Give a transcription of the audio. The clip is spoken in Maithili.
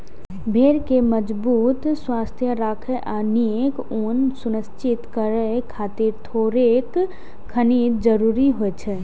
भेड़ कें मजबूत, स्वस्थ राखै आ नीक ऊन सुनिश्चित करै खातिर थोड़ेक खनिज जरूरी होइ छै